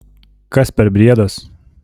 kas per briedas